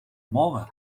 мови